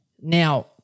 Now